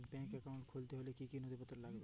Bank account খুলতে হলে কি কি নথিপত্র লাগবে?